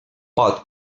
pot